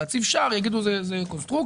כדי להציב שער יגידו שזה קונסטרוקציה,